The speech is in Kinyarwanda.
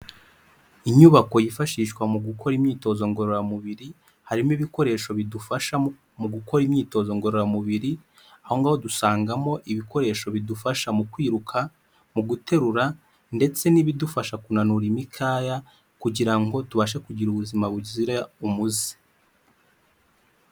Inyubako yifashishwa mu gukora imyitozo ngororamubiri, harimo ibikoresho bidufasha mu gukora imyitozo ngororamubiri, aho ngaho dusangamo ibikoresho bidufasha mu kwiruka, mu guterura ndetse n'ibidufasha kunanura imikaya kugira ngo tubashe kugira ubuzima buzira umuze.